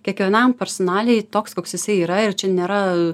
kiekvienam personaliai toks koks jisai yra ir čia nėra